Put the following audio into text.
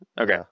Okay